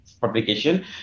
publication